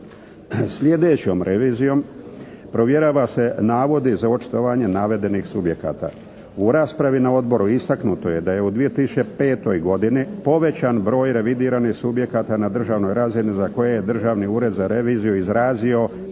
Slijedećom revizijom provjerava se navodi za očitovanja navedenih subjekata. U raspravu na odboru istaknuto je da je u 2005. godini povećan broj revidiranih subjekata na državnoj razini za koje je Državni ured za reviziju izrazio